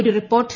ഒരു റിപ്പോർട്ട്